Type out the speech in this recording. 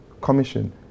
commission